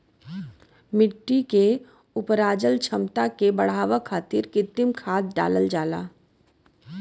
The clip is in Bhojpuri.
मट्टी के उपराजल क्षमता के बढ़ावे खातिर कृत्रिम खाद डालल जाला